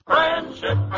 Friendship